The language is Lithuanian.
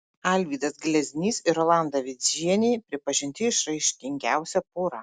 alvydas gleznys ir rolanda vidžienė pripažinti išraiškingiausia pora